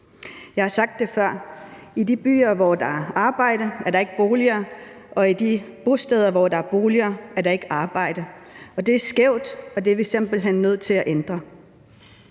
Jeg har sagt det før: I de byer, hvor der er arbejde, er der ikke boliger, og i de bosteder, hvor der er boliger, er der ikke arbejde. Det er skævt, og det er vi simpelt hen nødt til at ændre.